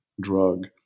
drug